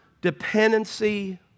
dependency